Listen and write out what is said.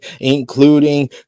including